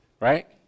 Right